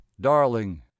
darling